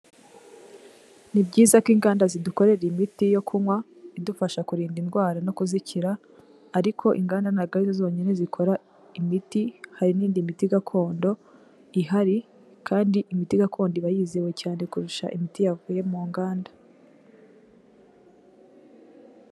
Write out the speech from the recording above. Ni byiza ko inganda zidukorera imiti yo kunywa idufasha kurinda indwara no kuzikira; ariko inganda ntabwo ari zo zonyine zikora imiti, hari n'iyindi miti gakondo ihari kandi imiti gakondo iba yizewe cyane kurusha imiti yavuye mu nganda.